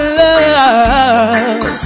love